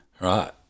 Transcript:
Right